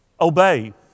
obey